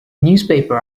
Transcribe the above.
newspaper